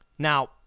Now